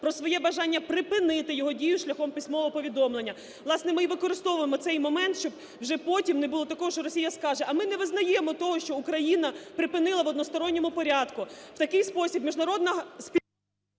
про своє бажання припинити його дію шляхом письмового повідомлення. Власне, ми і використовуємо цей момент, щоб вже потім не було такого, що Росія скаже, а ми не визнаємо того, що Україна припинила в односторонньому порядку. В такий спосіб міжнародна...